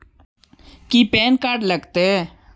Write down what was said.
की PAN card लग तै?